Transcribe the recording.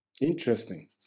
Interesting